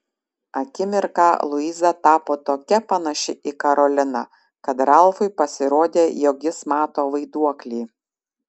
akimirką luiza tapo tokia panaši į karoliną kad ralfui pasirodė jog jis mato vaiduoklį